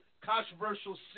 controversial